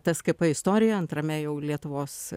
tskp kaip istoriją antrame jau lietuvos